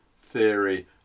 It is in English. theory